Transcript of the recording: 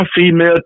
female